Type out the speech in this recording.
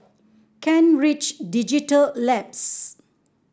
Kent Ridge Digital Labs